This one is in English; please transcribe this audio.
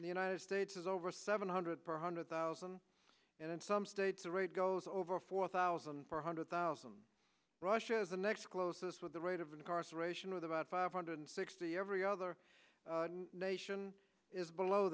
in the united states is over seven hundred per hundred thousand and in some states the rate goes over four thousand four hundred thousand russia the next closest with the rate of incarceration with about five hundred sixty every other nation is below